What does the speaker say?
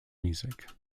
music